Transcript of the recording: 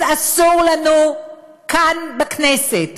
אז אסור לנו כאן בכנסת